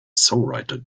songwriter